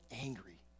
angry